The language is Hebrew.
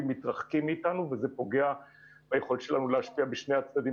מתרחקים מאיתנו וזה פוגע ביכולת שלנו להשפיע בשני הצדדים